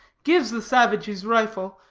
gives the savage his rifle,